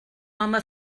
home